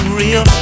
real